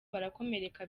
barakomereka